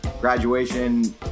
graduation